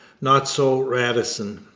not so radisson!